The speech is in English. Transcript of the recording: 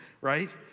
right